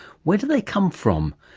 where do they come from?